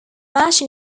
match